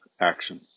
action